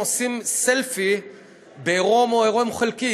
עושים סלפי בעירום או עירום חלקי,